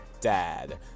dad